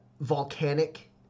volcanic